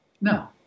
no